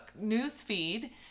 newsfeed